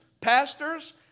pastors